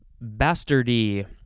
bastardy